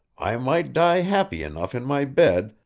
i might die happy enough in my bed,